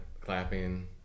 clapping